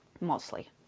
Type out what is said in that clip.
Mostly